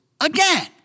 again